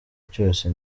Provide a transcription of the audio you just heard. cyose